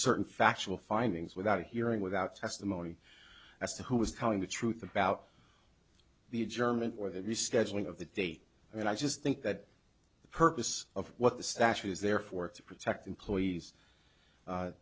certain factual findings without hearing without testimony as to who was telling the truth about the germans or the rescheduling of the day and i just think that the purpose of what the statute is there for to protect employees a